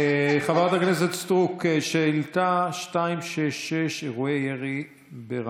חברת הכנסת סטרוק, שאילתה 266: אירועי ירי ברמלה.